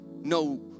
no